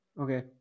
Okay